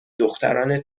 دختران